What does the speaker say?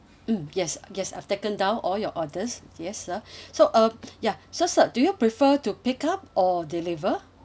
mm yes yes I've taken down all your orders yes sir so uh ya so sir do you prefer to pick up or deliver